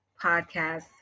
podcast